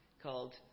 called